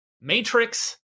Matrix